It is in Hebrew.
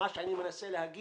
אני מנסה לומר